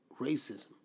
racism